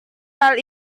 hal